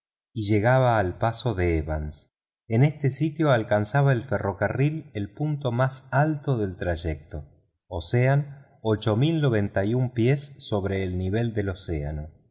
cheyenvoy llegaba al paso de evans en este sitio alcanzaba el ferrocarril el punto más alto del trayecto o sea ocho mil noventa y un pies sobre el nivel del océano